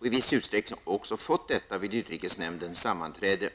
Han har också i viss utsträckning fått sådana förtydliganden vid utrikesnämndens sammanträde.